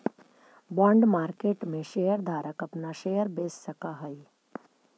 bond market में share धारक अपना शेयर बेच सकऽ हई